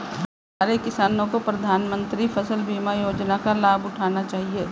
हमारे किसानों को प्रधानमंत्री फसल बीमा योजना का लाभ उठाना चाहिए